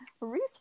Reese